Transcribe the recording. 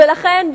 ולכן,